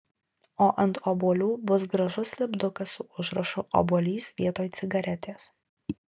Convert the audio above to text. o ant obuolių bus gražus lipdukas su užrašu obuolys vietoj cigaretės